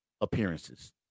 appearances